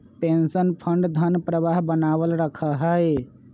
pension fund धन प्रवाह बनावल रखा हई